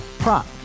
Prop